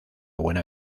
buena